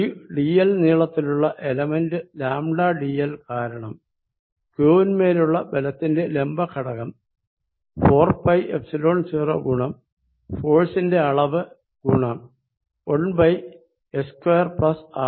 ഈ dl നീളത്തിലുള്ള element λdl കാരണം q വിന്മേലുള്ള ബലത്തിന്റെ ലംബ ഘടകം 4πϵ0 ഗുണം ഫോഴ്സിന്റെ അളവ് ഗുണം 1h2R2